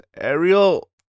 Ariel